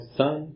sun